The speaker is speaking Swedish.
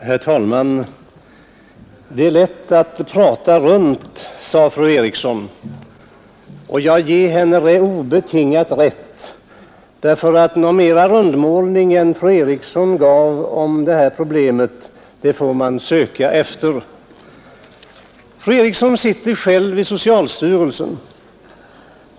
Herr talman! Det är lätt att prata runt, sade fru Eriksson i Stockholm, och jag ger henne obetingat rätt i det. En mer utpräglad rund målning än den fru Eriksson gjorde av det här problemet får man söka efter. Fru Eriksson sitter själv i socialstyrelsen.